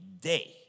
day